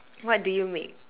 what do you make